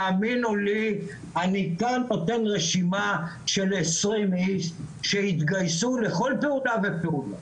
האמינו לי אני כאן נותן רשימה של 20 איש שהתגייסו לכל תעודה ופעולה,